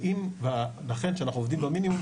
לכן כשאנחנו עובדים במינימום,